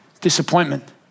disappointment